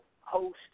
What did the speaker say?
host